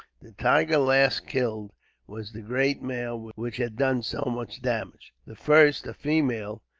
the tiger last killed was the great male which had done so much damage the first, a female.